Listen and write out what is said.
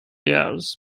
years